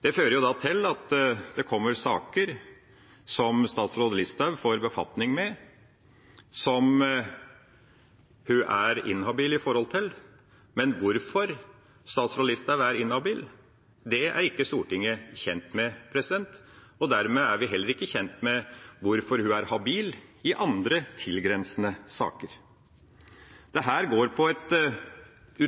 Det fører til at det kommer saker som statsråd Listhaug får befatning med, som hun er inhabil i forhold til, men hvorfor statsråd Listhaug er inhabil, er ikke Stortinget kjent med, og dermed er vi heller ikke kjent med hvorfor hun er habil i andre, tilgrensende saker. Dette går på et